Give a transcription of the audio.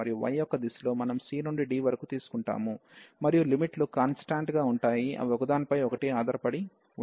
మరియు y యొక్క దిశలో మనం c నుండి d వరకు తీసుకుంటాము మరియు లిమిట్లు కాన్స్టాంట్ గా ఉంటాయి అవి ఒకదానిపై ఒకటి ఆధారపడి ఉండవు